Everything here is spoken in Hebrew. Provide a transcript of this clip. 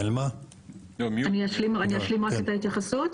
אני אשלים רק את ההתייחסות.